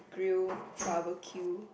grill barbeque